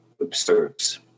observes